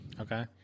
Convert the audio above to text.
Okay